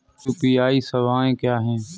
UPI सवायें क्या हैं?